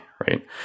right